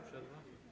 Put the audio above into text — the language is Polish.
Przerwa?